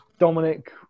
Dominic